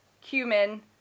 cumin